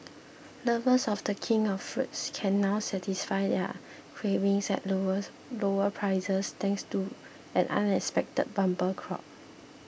lovers of the king of fruits can now satisfy their cravings at lower lower prices thanks to an unexpected bumper crop